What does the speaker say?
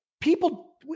people